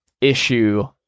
issue